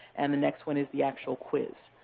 and the next one is the actual quiz.